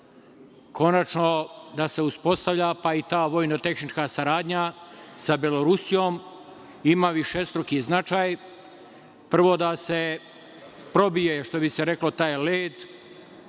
Konačno se uspostavlja pa i ta vojno-tehnička saradnja sa Belorusijom. Ima višestruki značaj. Prvo da se probije, što bi se reklo, taj led,